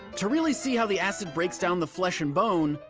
to really see how the acid breaks down the flesh and bone,